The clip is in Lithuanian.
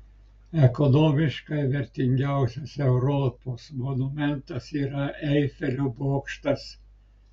ekonomiškai vertingiausias europos monumentas yra eifelio bokštas